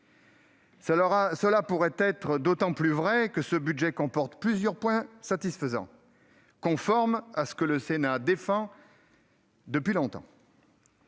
va bien ! C'est d'autant plus vrai que ce budget comporte plusieurs points satisfaisants, conformes à ce que le Sénat défend depuis longtemps,